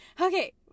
okay